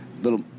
Little